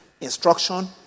instruction